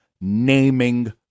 naming